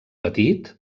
petit